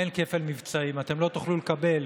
אין כפל מבצעים, אתם לא תוכלו לקבל